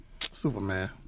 Superman